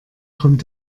kommt